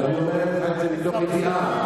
ואני אומר את זה מתוך ידיעה.